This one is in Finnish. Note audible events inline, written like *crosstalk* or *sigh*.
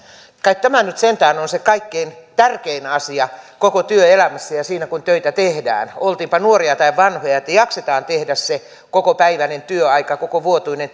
kai tämä nyt sentään on se kaikkein tärkein asia koko työelämässä ja siinä että kun töitä tehdään oltiinpa nuoria tai vanhoja jaksetaan tehdä se kokopäiväinen työaika kokovuotuinen *unintelligible*